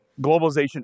globalization